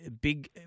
big